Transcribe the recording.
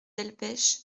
delpech